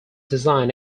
design